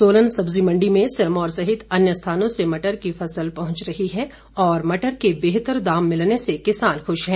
सोलन सब्जी मंडी में सिरमौर सहित अन्य स्थानों से मटर की फसल पहुंच रही है और मटर के बेहतर दाम मिलने से खूश हैं